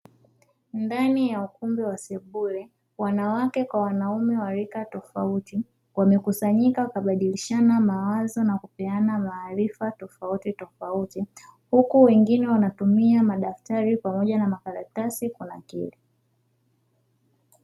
Ndani ya ukumbi wa sebule, wanawake kwa wanaume wa rika tofauti wamekusanyika kubadilishana mawazo na kupeana maarifa tofautitofauti; huku wengine wanatumia madaftari pamoja na makaratasi kunakili.